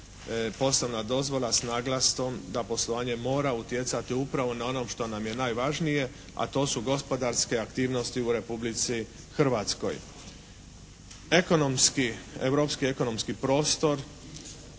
poslovna dozvola sa naglaskom da poslovanje mora utjecati upravo na ono što nam je najvažnije, a to su gospodarske aktivnosti u Republici Hrvatskoj. Ekonomski, Europski ekonomski prostor